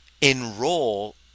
enroll